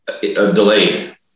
delayed